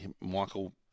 Michael